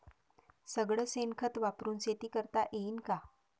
सगळं शेन खत वापरुन शेती करता येईन का?